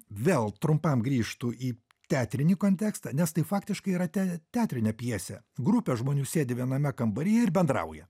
vėl trumpam grįžtu į teatrinį kontekstą nes tai faktiškai yra te teatrinė pjesė grupė žmonių sėdi viename kambaryje ir bendrauja